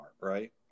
right